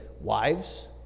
Wives